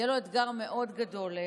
יהיה לו אתגר מאוד גדול,